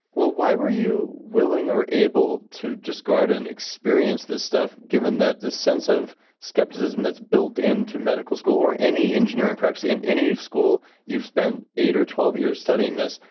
why were you willing or able to just go out and experience this stuff, given that this sense of skepticism that's built into medical school or any engineering practice, in any school, you've spent eight or twelve years studying this,